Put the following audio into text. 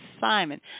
Simon